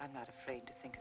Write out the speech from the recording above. i'm not afraid i think